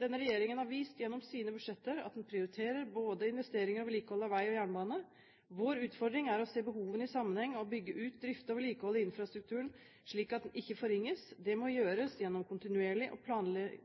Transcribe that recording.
Denne regjeringen har vist gjennom sine budsjetter at den prioriterer både investeringer og vedlikehold av vei og jernbane. Vår utfordring er å se behovene i sammenheng og bygge ut, drifte og vedlikeholde infrastrukturen, slik at den ikke forringes. Det må gjøres gjennom kontinuerlig og